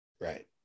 Right